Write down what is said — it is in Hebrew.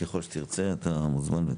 ככל שתרצה אתה מוזמן.